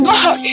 God